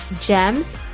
GEMS